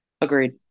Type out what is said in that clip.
Agreed